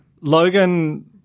Logan